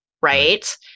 right